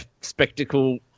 spectacle